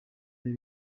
beza